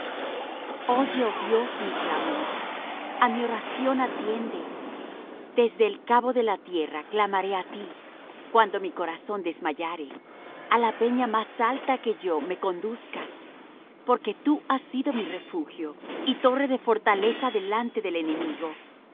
oye oh dios mi clamor a mi oración atiende desde el cabo de la tierra clamaré á ti cuando mi corazón desmayare a la peña más alta que yo me conduzcas porque tú has sido mi refugio y torre de fortaleza delante del enemigo